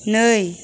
नै